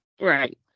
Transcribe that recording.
Right